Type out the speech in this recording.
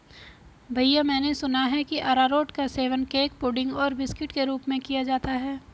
भैया मैंने सुना है कि अरारोट का सेवन केक पुडिंग और बिस्कुट के रूप में किया जाता है